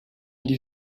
gli